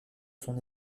son